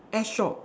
S shop